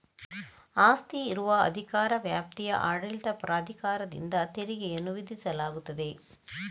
ಆಸ್ತಿ ಇರುವ ಅಧಿಕಾರ ವ್ಯಾಪ್ತಿಯ ಆಡಳಿತ ಪ್ರಾಧಿಕಾರದಿಂದ ತೆರಿಗೆಯನ್ನು ವಿಧಿಸಲಾಗುತ್ತದೆ